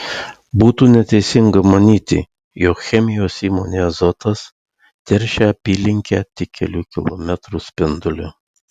būtų neteisinga manyti jog chemijos įmonė azotas teršia apylinkę tik kelių kilometrų spinduliu